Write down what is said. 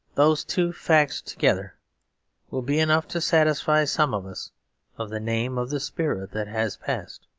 those two facts together will be enough to satisfy some of us of the name of the spirit that had passed.